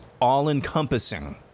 all-encompassing